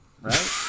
Right